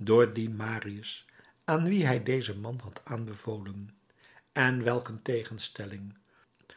door dien marius aan wien hij dezen man had aanbevolen en welk een tegenstelling